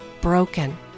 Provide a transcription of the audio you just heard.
broken